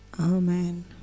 Amen